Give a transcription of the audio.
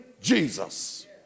Jesus